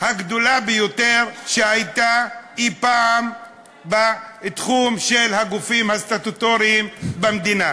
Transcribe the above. הגדולה ביותר שהייתה אי-פעם בתחום של הגופים הסטטוטוריים במדינה.